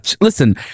Listen